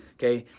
okay?